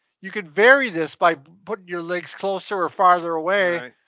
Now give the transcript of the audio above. you can vary this by putting your legs closer or farther away.